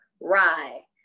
rye